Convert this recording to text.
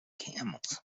camels